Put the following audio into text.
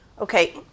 okay